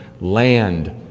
land